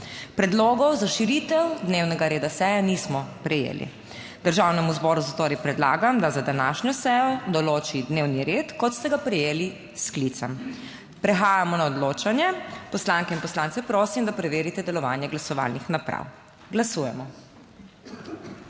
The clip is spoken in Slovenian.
Predlogov za širitev dnevnega reda seje nismo prejeli, Državnemu zboru zatorej predlagam, da za današnjo sejo določi dnevni red kot ste ga prejeli s sklicem. Prehajamo na odločanje. Poslanke in poslance prosim, da preverite delovanje glasovalnih naprav. Glasujemo.